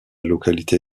localité